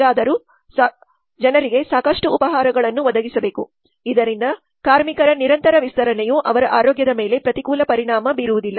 ಹೇಗಾದರೂ ಜನರಿಗೆ ಸಾಕಷ್ಟು ಉಪಹಾರಗಳನ್ನು ಒದಗಿಸಬೇಕು ಇದರಿಂದ ಕಾರ್ಮಿಕರ ನಿರಂತರ ವಿಸ್ತರಣೆಯು ಅವರ ಆರೋಗ್ಯದ ಮೇಲೆ ಪ್ರತಿಕೂಲ ಪರಿಣಾಮ ಬೀರುವುದಿಲ್ಲ